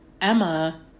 Emma